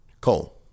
Cole